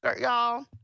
Y'all